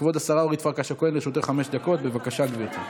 כבודו היה כאן בזמן ההצבעה?